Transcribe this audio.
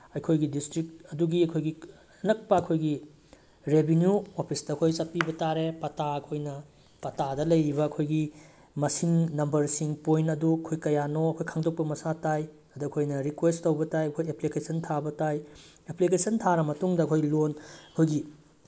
ꯑꯩꯈꯣꯏꯒꯤ ꯗꯤꯁꯇ꯭ꯔꯤꯛ ꯑꯗꯨꯒꯤ ꯑꯩꯈꯣꯏꯒꯤ ꯅꯛꯄ ꯑꯩꯈꯣꯏꯒꯤ ꯔꯦꯚꯤꯅ꯭ꯌꯨ ꯑꯣꯐꯤꯁꯇ ꯑꯩꯈꯣꯏ ꯆꯠꯄꯤꯕ ꯇꯥꯔꯦ ꯄꯇꯥ ꯑꯩꯈꯣꯏꯅ ꯄꯇꯥꯗ ꯂꯩꯔꯤꯕ ꯑꯩꯈꯣꯏꯒꯤ ꯃꯁꯤꯡ ꯅꯝꯕꯔꯁꯤꯡ ꯄꯣꯏꯟ ꯑꯗꯨ ꯑꯩꯈꯣꯏ ꯀꯌꯥꯅꯣ ꯑꯩꯈꯣꯏ ꯈꯪꯗꯣꯛꯄ ꯃꯁꯥ ꯇꯥꯏ ꯑꯗꯣ ꯑꯩꯈꯣꯏꯅ ꯔꯤꯀ꯭ꯋꯦꯁ ꯇꯧꯕ ꯇꯥꯏ ꯑꯩꯈꯣꯏ ꯑꯦꯄ꯭ꯂꯤꯀꯦꯁꯟ ꯊꯥꯕ ꯇꯥꯏ ꯑꯦꯄ꯭ꯂꯤꯀꯦꯁꯟ ꯊꯥꯔ ꯃꯇꯨꯡꯗ ꯑꯩꯈꯣꯏ ꯂꯣꯟ ꯑꯩꯈꯣꯏꯒꯤ